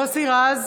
מוסי רז,